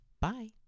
Bye